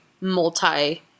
multi